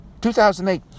2008